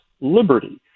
liberty